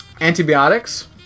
Antibiotics